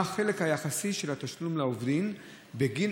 1. מה החלק היחסי של התשלום לעובדים בגין